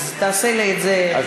אז תעשה את זה בקצרה.